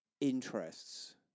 interests